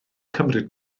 cymryd